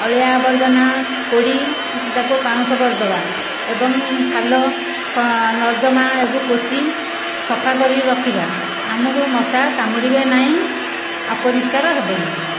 ଅଳିଆ ଆବର୍ଜନା ପୋଡ଼ି ତାକୁ ପାଉଁଶ କରିଦେବା ଏବଂ ଖାଲ ନର୍ଦ୍ଦମାକୁ ପୋତି ସଫା କରି ରଖିବା ଆମକୁ ମଶା କାମୁଡ଼ିବେ ନାହିଁ ଅପରିଷ୍କାର ହେବ ନାହିଁ